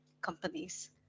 companies